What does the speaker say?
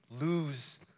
lose